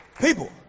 People